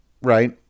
right